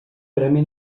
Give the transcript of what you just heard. premi